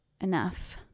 enough